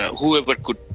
whoever could,